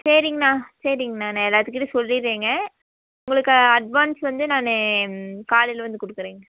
சரிங்கண்ணா சரிங்கண்ணா நான் எல்லாத்துகிட்டயும் சொல்லிடுறேங்க உங்களுக்கு அட்வான்ஸ் வந்து நான் காலையில வந்து கொடுத்துறேங்க